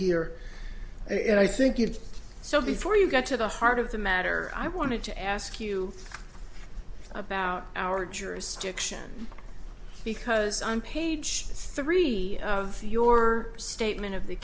here if i think you did so before you got to the heart of the matter i wanted to ask you about our jurisdiction because on page three of your statement of the